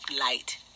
light